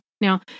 Now